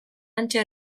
hantxe